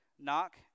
Knock